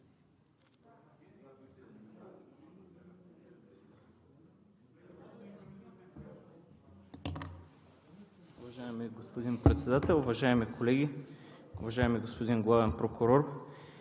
Уважаеми господин Председател, уважаеми колеги! Уважаеми господин Главен прокурор,